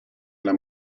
alla